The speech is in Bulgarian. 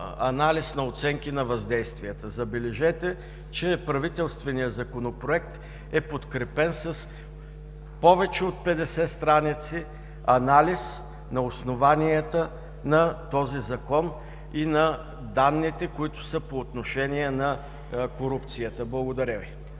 на оценки на въздействията. Забележете, че правителственият Законопроект е подкрепен с повече от петдесет страници анализ на основанията на този Закон и на данните, които са по отношение на корупцията. Благодаря Ви.